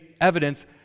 evidence